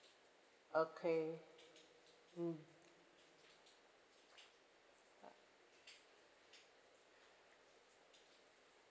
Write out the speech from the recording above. okay mm